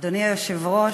אדוני היושב-ראש,